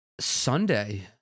Sunday